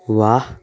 वाह